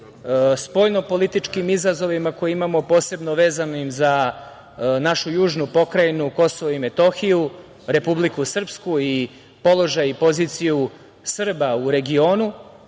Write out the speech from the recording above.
spoljnopolitičkih izazova koje imamo, posebno vezanim za našu južnu pokrajinu Kosovo i Metohiju, Republiku Srpsku i položaj i poziciju Srba u regionu,